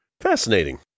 Fascinating